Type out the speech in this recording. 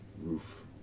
roof